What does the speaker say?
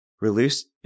released